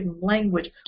language